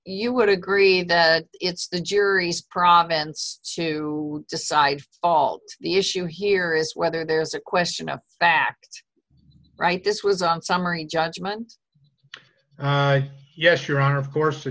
you would agree that it's the jury's province to decide fault the issue here is whether there's a question of fact right this was on summary judgment yes your honor of course